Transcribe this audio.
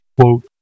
quote